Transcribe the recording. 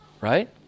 Right